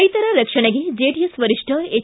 ರೈತರ ರಕ್ಷಣೆಗೆ ಜೆಡಿಎಸ್ ವರಿಷ್ಣ ಎಚ್